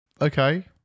okay